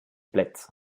plets